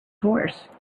horse